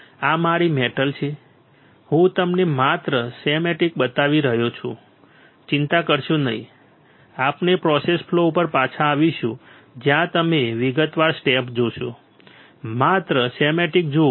આ મારી મેટલ છે હું તમને માત્ર સ્કેમેટિક બતાવી રહ્યો છું ચિંતા કરશો નહીં આપણે પ્રોસેસ ફલૉ ઉપર પાછા આવીશું જ્યાં તમે વિગતવાર સ્ટેપ જોશો માત્ર સ્કેમેટિક જુઓ